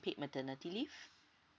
paid maternity leave